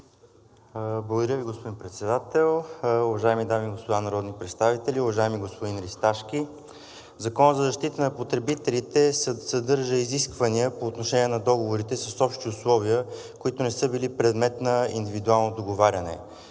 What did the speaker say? Благодаря Ви, господин Председател. Уважаеми дами и господа народни представители! Уважаеми господин Расташки, Законът за защита на потребителите съдържа изисквания по отношение на договорите с общи условия, които не са били предмет на индивидуално договаряне.